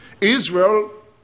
Israel